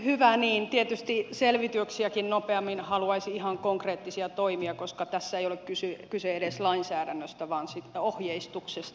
hyvä niin tietysti selvityksiäkin nopeammin haluaisi ihan konkreettisia toimia koska tässä ei ole kyse edes lainsäädännöstä vaan siitä ohjeistuksesta